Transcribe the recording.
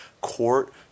court